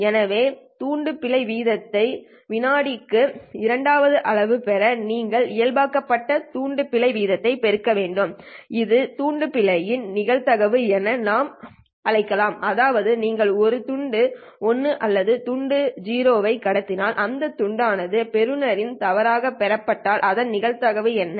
எனவே துண்டு பிழை வீதத்தை வினாடிகளில் இரண்டாவது அளவில் பெற நீங்கள் இயல்பாக்கப்பட்ட துண்டு பிழை வீதத்தை பெருக்க வேண்டும் இது துண்டு பிழையின் நிகழ்தகவு என நாம் அழைக்கலாம் அதாவது நீங்கள் ஒரு துண்டு 1 அல்லது துண்டு 0 ஐ கடத்தினால் அந்த துண்டு ஆனது பெறுநரில் தவறாகப் பெறப்பட்டால் அதன் நிகழ்தகவு என்ன